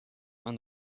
and